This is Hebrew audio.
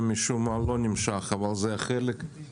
משום מה זה לא נמשך, אבל זה חלק מההחלטה.